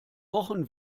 pochen